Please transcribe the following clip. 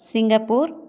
Singapore